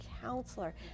counselor